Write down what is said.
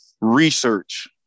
research